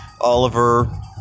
Oliver